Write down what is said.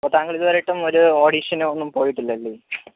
ഇപ്പ താങ്കൾ ഇതുവരെ ആയിട്ടും ഒരു ഓഡീഷനോ ഒന്നും പോയിട്ടില്ല അല്ലേ